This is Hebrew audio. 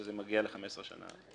שזה מגיע ל-15 שנה.